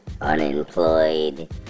unemployed